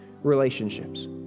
relationships